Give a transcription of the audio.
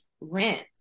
rent